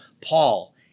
Paul